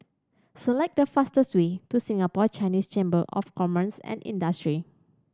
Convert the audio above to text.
select the fastest way to Singapore Chinese Chamber of Commerce and Industry